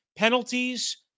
Penalties